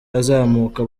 azamuka